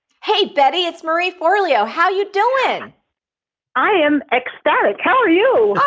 hey betty, it's marie forleo. how you doing? i am ecstatic. how are you? oh,